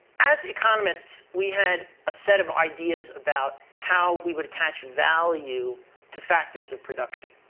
as economists, we had a set of ideas about how we would attach value to factors of production,